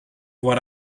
what